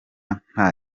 nta